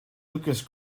lukas